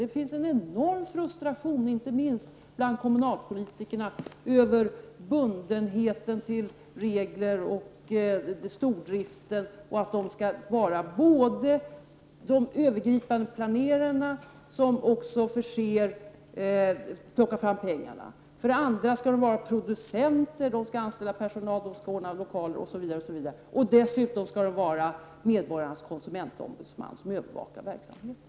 Det finns en enorm frustration, inte minst bland kommunalpolitikerna, över bundenheten till regler och stordrift. Man skall vara både övergripande planerare och den som plockar fram pengarna. Dessutom skall man vara producent, anställa personal, ordna lokaler, osv. Vidare skall man vara medborgarens konsumentombudsman som övervakar verksamheten.